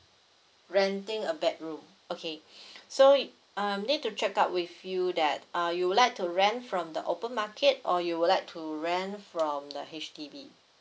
renting a bedroom okay so um need to check out with you that uh you would like to rent from the open market or you would like to rent from the H_D_B